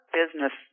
business